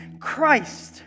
Christ